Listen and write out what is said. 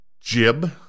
jib